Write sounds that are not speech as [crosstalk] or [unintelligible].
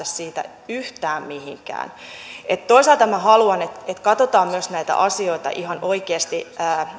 [unintelligible] siitä yhtään mihinkään toisaalta minä haluan että että katsotaan näitä asioita myös ihan oikeasti